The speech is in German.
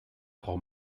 frau